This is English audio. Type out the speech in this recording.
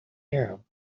arab